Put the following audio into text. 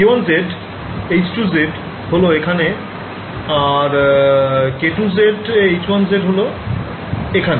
k1z h2z হল এখানে আর k2z h1z হল এখানে